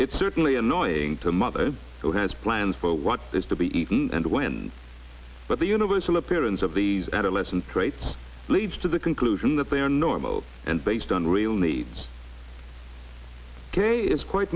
it's certainly annoying to mother who has plans for what is to be eaten and when but the universal appearance of these adolescent traits leads to the conclusion that they are normal and based on real needs kay is quite